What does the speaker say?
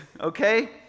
okay